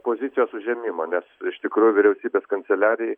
pozicijos užėmimo nes iš tikrųjų vyriausybės kanceliarijai